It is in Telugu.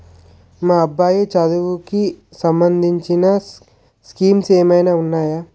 మా అబ్బాయి చదువుకి సంబందించిన స్కీమ్స్ ఏమైనా ఉన్నాయా?